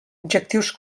objectius